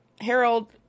Harold